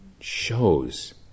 shows